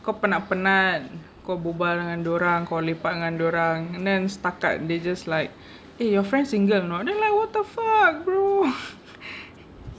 kau penat-penat kau berbual dengan dorang kau lepak dengan dorang and then setakat they just like eh your friend single or not then like what the fuck bro